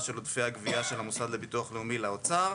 של עודפי הגבייה של המוסד לביטוח לאומי לאוצר.